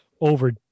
over